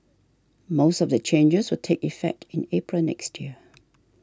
most of the changes will take effect in April next year